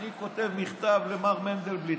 למר מנדלבליט.